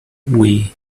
wii